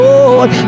Lord